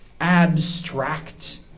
Abstract